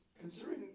Considering